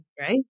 right